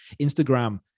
Instagram